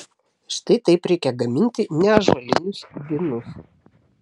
štai taip reikia gaminti neąžuolinius vynus